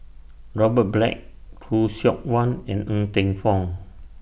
Robert Black Khoo Seok Wan and Ng Teng Fong